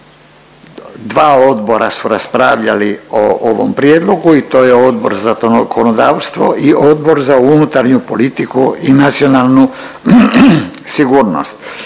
Dva odbora su raspravljali o ovom prijedlogu i to je Odbor za zakonodavstvo i Odbor za unutarnju politiku i nacionalnu sigurnost.